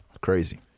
Crazy